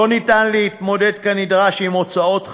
אין אפשרות להתמודד כנדרש עם הוצאות חריגות,